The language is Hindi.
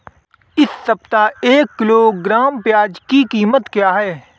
इस सप्ताह एक किलोग्राम प्याज की कीमत क्या है?